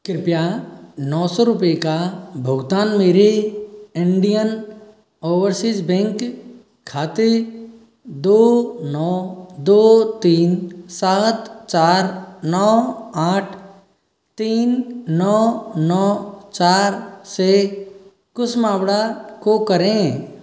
कृपया नौ सौ रुपये का भुगतान मेरे इंडियान ऑवरसीज़ बैंक खाते दो नौ दो तीन सात चार नौ आठ तीन नौ नौ चार से कुश मावड़ा को करें